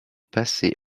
passer